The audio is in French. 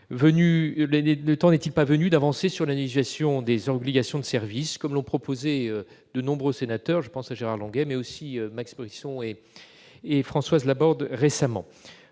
Le temps n'est-il pas venu d'avancer sur l'annualisation des obligations de service, comme l'ont proposé de nombreux sénateurs- je pense à Gérard Longuet, mais aussi à Max Brisson et à Françoise Laborde. Pour finir,